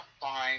fine